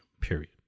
Period